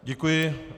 Děkuji.